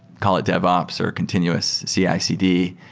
call it devops or continuous cicd,